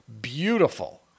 beautiful